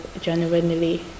genuinely